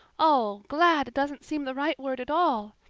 oh, glad doesn't seem the right word at all.